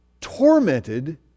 tormented